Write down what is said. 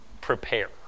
prepare